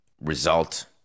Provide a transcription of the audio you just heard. result